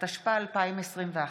התשפ"א 2021,